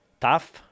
Tough